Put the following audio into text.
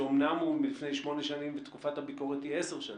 שאמנם הוא מלפני שמונה שנים ותקופת הביקורת היא על לפני עשר שנים,